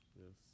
Yes